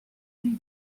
sie